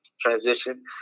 transition